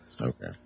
Okay